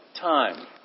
time